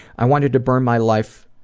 i wanted to burn my life,